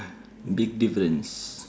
big difference